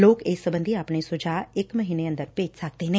ਲੋਕ ਇਸ ਸਬੰਧੀ ਆਪਣੇ ਸੁਝਾਅ ਇਕ ਮਹੀਨੇ ਅੰਦਰ ਭੇਜ ਸਕਦੇ ਨੇ